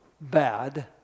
bad